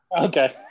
Okay